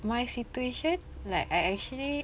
my situation like I actually